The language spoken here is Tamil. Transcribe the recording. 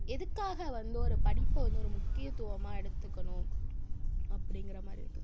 எதுக்காக வந்து ஒரு படிப்பை வந்து ஒரு முக்கியத்துவமாக எடுத்துக்கணும் அப்படிங்கிற மாதிரி இருக்குது